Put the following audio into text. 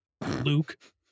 Luke